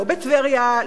לא בטבריה,